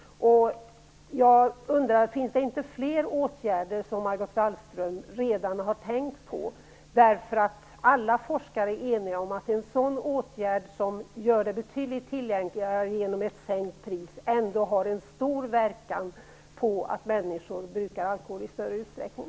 Jag undrar: Finns det inte fler åtgärder som Margot Wallström redan har tänkt på? Alla forskare är eniga om att en åtgärd som sänkt pris, som gör alkohol betydligt tillgängligare, har en stor inverkan på människor så att de brukar alkohol i större utsträckning.